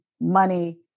money